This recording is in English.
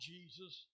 Jesus